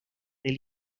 del